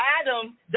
Adam